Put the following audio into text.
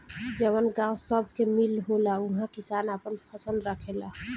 जवन गावं सभ मे मील होला उहा किसान आपन फसल राखेला